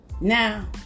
Now